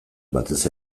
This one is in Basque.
batez